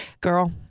Girl